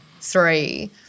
three